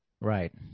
Right